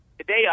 Today